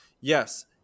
yes